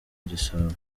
gisabo